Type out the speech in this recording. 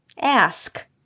ask